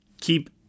keep